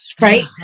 Right